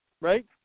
right